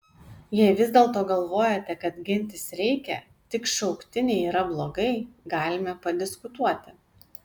jei vis dėlto galvojate kad gintis reikia tik šauktiniai yra blogai galime padiskutuoti